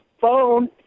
phone